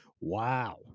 Wow